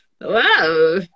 Wow